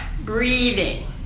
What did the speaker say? breathing